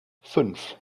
fünf